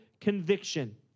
conviction